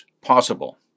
possible